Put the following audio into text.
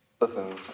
Listen